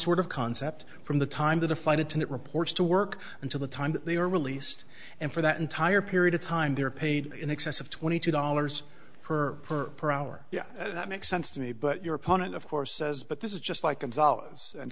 sort of concept from the time that a flight attendant reports to work until the time that they are released and for that entire period of time they're paid in excess of twenty two dollars per per per hour yeah that makes sense to me but your opponent of course says but this is just like a